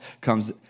comes